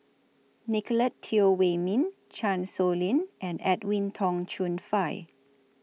Nicolette Teo Wei Min Chan Sow Lin and Edwin Tong Chun Fai